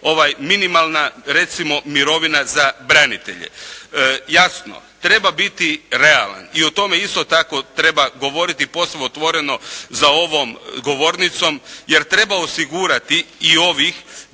minimalna recimo mirovina za branitelje. Jasno, treba biti realan i o tome isto tako treba govoriti posve otvoreno za ovom govornicom jer treba osigurati i ovih